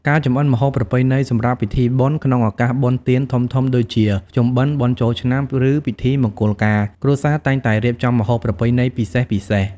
ការចម្អិនម្ហូបប្រពៃណីសម្រាប់ពិធីបុណ្យ ក្នុងឱកាសបុណ្យទានធំៗដូចជា ភ្ជុំបិណ្ឌ បុណ្យចូលឆ្នាំ ឬពិធីមង្គលការ គ្រួសារតែងតែរៀបចំម្ហូបប្រពៃណីពិសេសៗ។